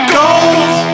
gold